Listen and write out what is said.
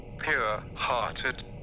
Pure-hearted